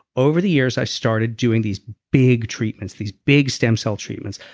over the years i started doing these big treatments, these big stem cell treatments,